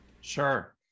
Sure